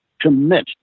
commit